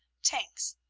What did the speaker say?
tanks.